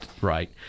right